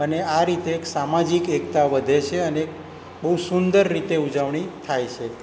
અને આ રીતે એક સામાજિક એકતા વધે છે અને બહુ સુંદર રીતે ઉજવણી થાય છે